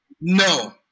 No